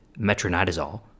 metronidazole